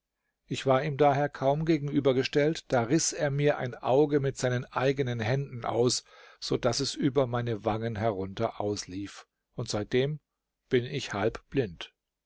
ich war ihm daher kaum gegenübergestellt da riß er mir ein auge mit seinen eigenen händen aus so daß es über meine wangen herunter auslief und seitdem bin ich